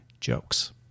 jokes